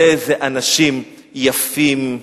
איזה אנשים יפים,